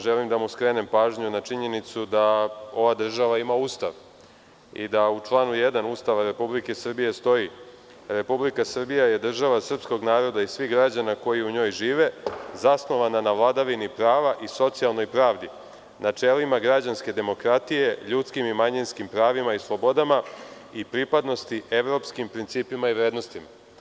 Želim da mu skrenem pažnju na činjenicu da ova država ima Ustav i da u članu 1. Ustava Republike Srbije stoji - Republika Srbija je država srpskog naroda i svih građana koji u njoj žive, zasnovana na vladavini prava i socijalnoj pravdi, načelima građanske demokratije, ljudskim i manjinskim pravima i slobodama i pripadnosti evropskim principima i vrednostima.